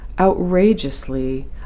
outrageously